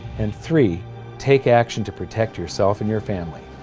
and three take action to protect yourself and your family.